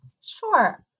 Sure